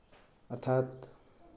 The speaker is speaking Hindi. अर्थात